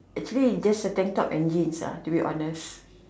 actually just a tank top and jeans ah to be honest